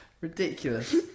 Ridiculous